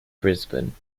brisbane